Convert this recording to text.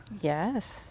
yes